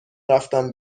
رفتم